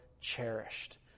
cherished